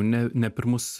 ne ne pirmus